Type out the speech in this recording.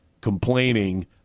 complaining